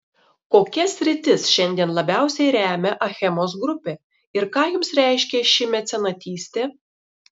kokias sritis šiandien labiausiai remia achemos grupė ir ką jums reiškia ši mecenatystė